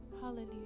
Hallelujah